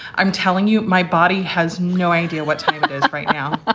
i'm telling you, my body has no idea what's right now.